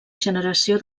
generació